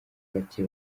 bake